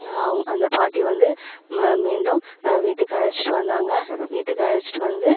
அவங் அந்தப் பாட்டி வந்து ம மீண்டும் வீட்டுக்கு அழைச்சிட்டு வந்தாங்க வீட்டுக்கு அழைச்சிட்டு வந்து